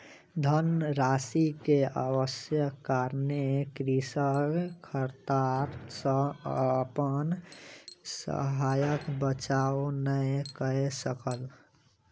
धन राशि के अभावक कारणेँ कृषक खरपात सॅ अपन शस्यक बचाव नै कय सकल